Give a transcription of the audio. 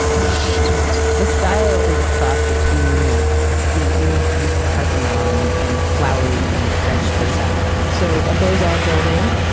that's beaux-art. the style is a cross between like, stately greek parthenon, and flowery french versailles. so a beaux-art building,